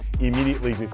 immediately